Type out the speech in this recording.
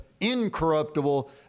incorruptible